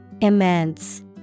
Immense